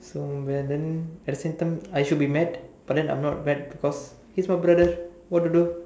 so but then at the same time I'm should be mad but then I'm not mad because he's my brother what to do